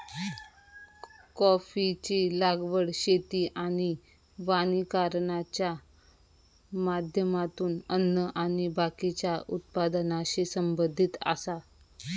कॉफीची लागवड शेती आणि वानिकरणाच्या माध्यमातून अन्न आणि बाकीच्या उत्पादनाशी संबंधित आसा